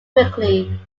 quickly